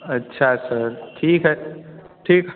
अच्छा सर ठीक है ठीक